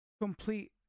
complete